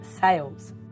sales